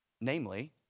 Namely